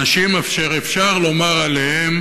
אנשים אשר אפשר לומר עליהם